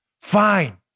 fine